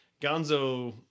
gonzo